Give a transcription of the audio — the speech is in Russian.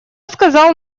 сказал